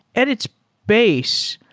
at its base,